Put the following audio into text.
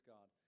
God